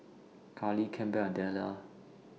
Karli Campbell and Dellar